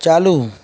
चालू